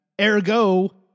ergo